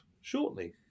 shortly